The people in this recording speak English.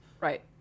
Right